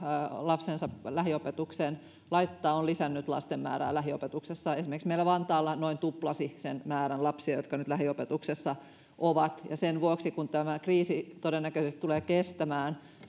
lapsensa lähiopetukseen laittaa on lisännyt lasten määrää lähiopetuksessa esimerkiksi meillä vantaalla noin tuplasi sen määrän lapsia jotka nyt lähiopetuksessa ovat sen vuoksi kun tämä kriisi todennäköisesti tulee kestämään